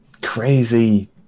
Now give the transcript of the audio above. crazy